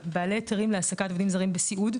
בעלי היתרים להעסקת עובדים זרים בסיעוד,